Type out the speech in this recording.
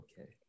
okay